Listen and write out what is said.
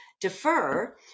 defer